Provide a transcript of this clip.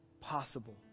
possible